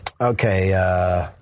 Okay